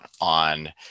on